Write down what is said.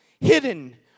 Hidden